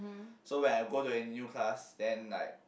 so when I go to a new class then like